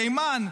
תימן,